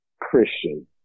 Christian